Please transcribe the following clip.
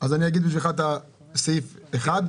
אני אגיד בשבילך את הסעיף 1,